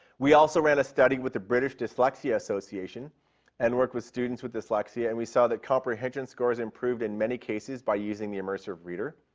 we also ran a study with the british dyslexia association and worked with students with dyslexia, and we saw comprehension scores improved in many cases by using the immersive reader.